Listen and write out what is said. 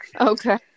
Okay